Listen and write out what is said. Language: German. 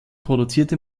produzierte